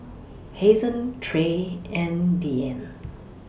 Hazen Trey and Diann